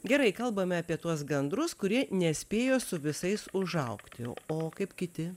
gerai kalbame apie tuos gandrus kurie nespėjo su visais užaugti o kaip kiti